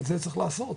את זה צריך לעשות.